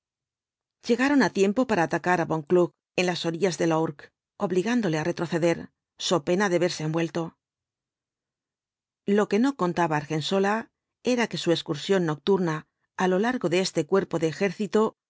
llegaron á tiempo para atacar á von kluck en las orillas del ourq obligándole á retroceder so pena de verse envuelto lo que no contaba argensola era que su excursión nocturna á lo largo de este cuerpo de ejército